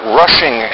rushing